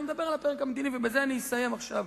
אני מדבר על הפרק המדיני, ובזה אני אסיים עכשיו.